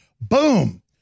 Boom